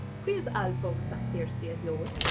qui is al folk sa thirsti at yiol?